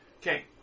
Okay